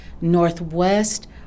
Northwest